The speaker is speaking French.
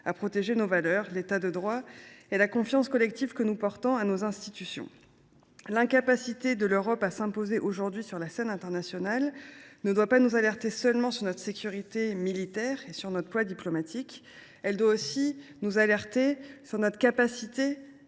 à protéger nos valeurs, l’État de droit et la confiance collective que nous avons dans nos institutions. L’incapacité de l’Europe à s’imposer aujourd’hui sur la scène internationale doit nous alerter non seulement sur notre sécurité militaire et sur notre poids diplomatique, mais aussi sur notre aptitude